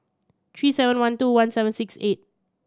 three seven one two one seven six eight